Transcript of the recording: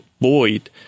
void